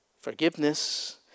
forgiveness